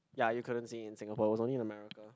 ya you couldn't see it in Singapore it was only in America